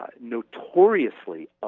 notoriously